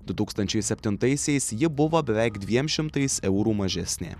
du tūkstančiai septintaisiais ji buvo beveik dviem šimtais eurų mažesnė